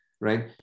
right